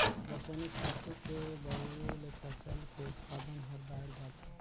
रसायनिक खातू के बउरे ले फसल के उत्पादन हर बायड़ जाथे